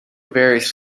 varies